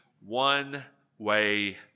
one-way